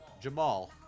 Jamal